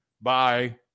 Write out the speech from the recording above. Bye